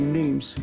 names